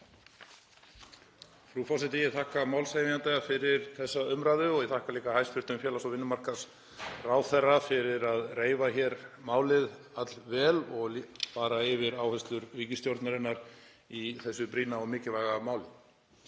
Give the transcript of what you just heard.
Frú forseti. Ég þakka málshefjanda fyrir þessa umræðu og ég þakka líka hæstv. félags- og vinnumarkaðsráðherra fyrir að reifa hér málið allvel og fara yfir áherslur ríkisstjórnarinnar í þessu brýna og mikilvæga máli.